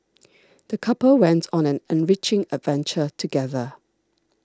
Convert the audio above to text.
the couple went on an enriching adventure together